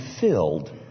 filled